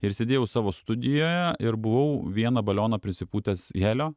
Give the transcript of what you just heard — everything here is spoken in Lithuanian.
ir sėdėjau savo studijoje ir buvau vieną balioną prisipūtęs helio